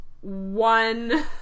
one